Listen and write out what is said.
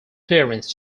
clearance